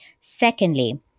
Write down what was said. secondly